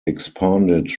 expanded